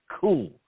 Cool